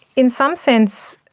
in some sense,